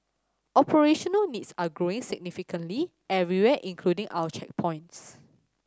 operational needs are growing significantly everywhere including our checkpoints